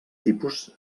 tipus